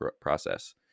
process